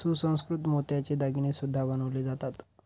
सुसंस्कृत मोत्याचे दागिने सुद्धा बनवले जातात